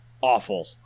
Awful